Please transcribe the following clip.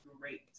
great